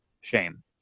Shame